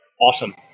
awesome